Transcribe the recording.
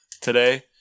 today